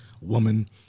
woman